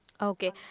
Okay